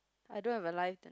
I don't have a life ah